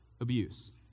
abuse